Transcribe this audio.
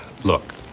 Look